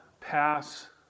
pass